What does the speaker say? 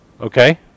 Okay